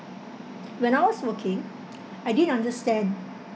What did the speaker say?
when I was working I didn't understand